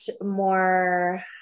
more